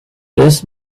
list